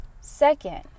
Second